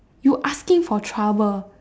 you asking for trouble